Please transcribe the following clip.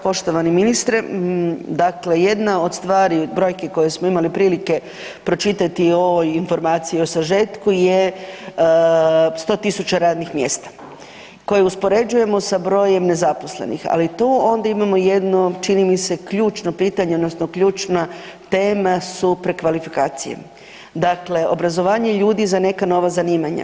Poštovani ministre, dakle jedna od stvari, brojke koje smo imali prilike pročitati i u ovoj Informaciji o sažetku je 100.000 radnih mjesta koje uspoređujemo sa brojem nezaposlenih, ali tu onda imamo jedno čini mi se ključno pitanje odnosno ključna tema su prekvalifikacije, dakle obrazovanje ljudi za neka nova zanimanja.